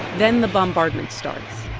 then the bombardment starts